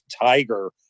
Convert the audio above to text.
Tiger